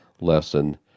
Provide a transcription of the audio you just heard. lesson